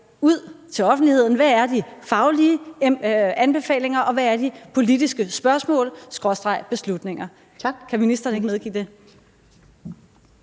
ud til offentligheden, hvad de faglige anbefalinger er, og hvad de politiske spørgsmål/beslutninger er. Kan ministeren ikke medgive det?